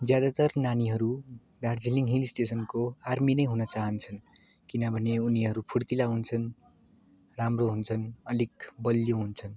ज्यादातर नानीहरू दार्जिलिङ हिल स्टेसनको आर्मी नै हुन चाहन्छन् किनभने उनीहरू फुर्तिला हुन्छन् राम्रो हुन्छन् अलिक बलियो हुन्छन्